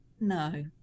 no